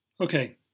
Okay